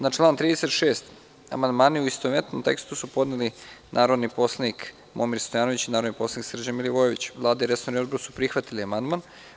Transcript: Na član 36. amandmane, u istovetnom tekstu, podneli su narodni poslanik Momir Stojanović i narodni poslanik Srđan Milivojević Vlada i resorni Odbor su prihvatili amandman.